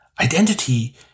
Identity